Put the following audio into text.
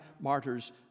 martyr's